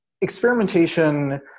Experimentation